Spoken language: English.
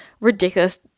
ridiculous